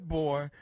boy